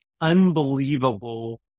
unbelievable